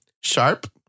sharp